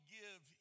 give